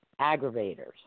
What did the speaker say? aggravators